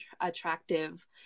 attractive